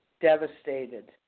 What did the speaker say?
devastated